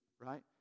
right